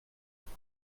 pour